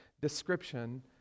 description